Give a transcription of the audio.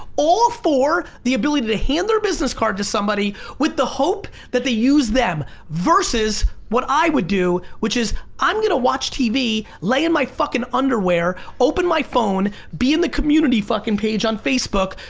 all for the ability to hand their business card to somebody with the hope that they use them versus what i would do, which is i'm gonna watch tv, lay in my fucking underwear, open my phone, be in the community fucking page on facebook,